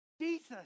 Jesus